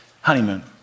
honeymoon